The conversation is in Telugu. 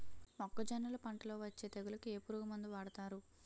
మొక్కజొన్నలు పంట లొ వచ్చే తెగులకి ఏ పురుగు మందు వాడతారు?